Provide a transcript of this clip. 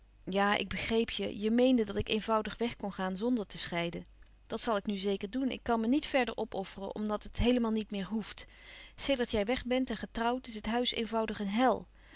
ja ik begreep je je meende dat ik eenvoudig weg kon gaan zonder te scheiden dat zal ik nu zeker doen ik kan me niet verder opofferen omdat het heelemaal niet meer hoeft sedert jij weg bent en getrouwd is het huis eenvoudig een hel